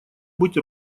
быть